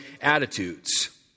attitudes